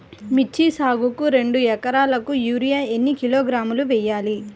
మిర్చి సాగుకు రెండు ఏకరాలకు యూరియా ఏన్ని కిలోగ్రాములు వేయాలి?